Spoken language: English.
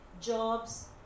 jobs